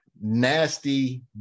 nasty